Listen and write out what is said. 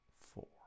four